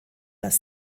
das